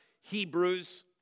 Hebrews